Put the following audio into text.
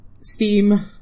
Steam